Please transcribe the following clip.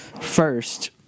First